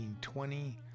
1920